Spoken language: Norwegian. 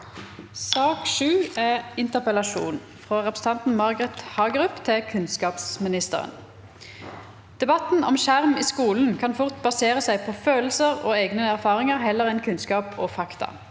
Interpellasjon fra representanten Margret Hagerup til kunnskapsministeren: «Debatten om skjerm i skolen kan fort basere seg på følelser og egne erfaringer heller enn kunnskap og fakta.